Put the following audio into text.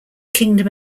kingdom